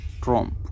Trump